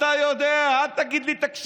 תקשיב, דודי, אתה יודע, אל תגיד לי "תקשיב".